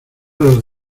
los